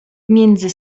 między